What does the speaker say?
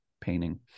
painting